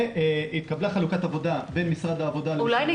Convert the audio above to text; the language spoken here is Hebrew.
שהתקבלה חלוקת עבודה בין משרד העבודה למשרד